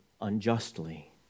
unjustly